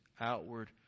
outward